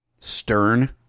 stern